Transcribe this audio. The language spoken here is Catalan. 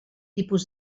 tipus